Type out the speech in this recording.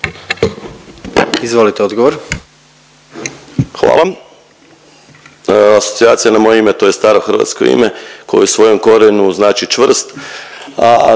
**Majdak, Tugomir** Hvala. Asocijacija na moje ime to je starohrvatsko ime koje u svom korijenu znači čvrst,